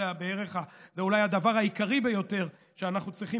זה בערך אולי הדבר העיקרי ביותר שאנחנו צריכים.